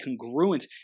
congruent